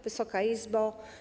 Wysoka Izbo!